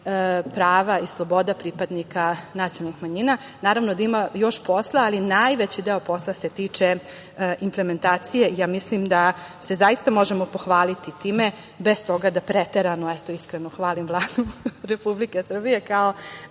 prava i sloboda pripadnika nacionalnih manjina. Naravno, da ima još posla, ali najveći deo posla se tiče implementacije, ja mislim da se zaista možemo pohvaliti time, bez toga da preterano iskreno hvalim Vladu Republike Srbije kao